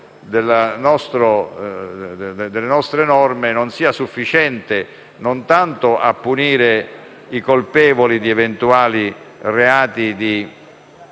delle norme vigenti non sia sufficiente, non tanto a punire i colpevoli di eventuali reati di